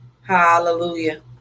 hallelujah